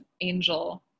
angel